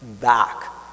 back